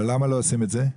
ולמה לא עושים את זה?